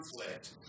conflict